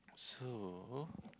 so